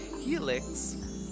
helix